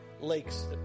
lakes